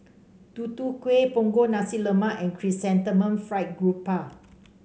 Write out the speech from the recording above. Tutu Kueh Punggol Nasi Lemak and Chrysanthemum Fried Garoupa